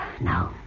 No